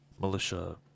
militia